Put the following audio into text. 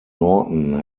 norton